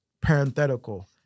parenthetical